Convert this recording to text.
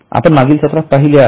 आपण मागील सत्रात हे पहिले आहे